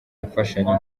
imfashanyo